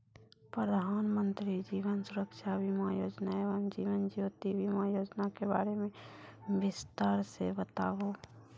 प्रधान मंत्री जीवन सुरक्षा बीमा योजना एवं जीवन ज्योति बीमा योजना के बारे मे बिसतार से बताबू?